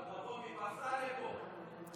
צריך קצת היגיון.